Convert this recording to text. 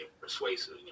persuasive